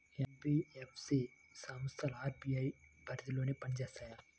NBFC సంస్థలు RBI పరిధిలోనే పని చేస్తాయా?